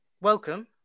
welcome